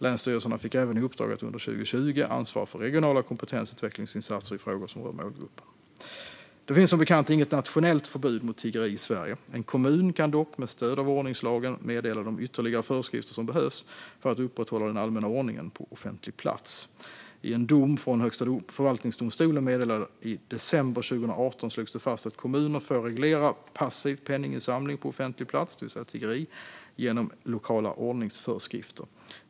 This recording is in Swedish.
Länsstyrelserna fick även i uppdrag att under 2020 ansvara för regionala kompetensutvecklingsinsatser i frågor som rör målgruppen. Det finns som bekant inget nationellt förbud mot tiggeri i Sverige. En kommun kan dock med stöd av ordningslagen meddela de ytterligare föreskrifter som behövs för att upprätthålla den allmänna ordningen på offentlig plats. I en dom från Högsta förvaltningsdomstolen meddelad i december 2018 slogs det fast att kommuner får reglera passiv penninginsamling på offentlig plats, det vill säga tiggeri, genom lokala ordningsföreskrifter.